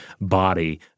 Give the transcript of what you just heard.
body